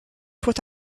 put